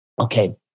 okay